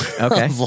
okay